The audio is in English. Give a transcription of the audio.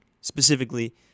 specifically